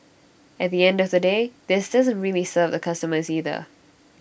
at the end of the day this doesn't really serve the customers either